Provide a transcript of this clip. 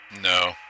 no